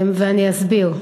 ואני אסביר.